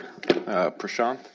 Prashant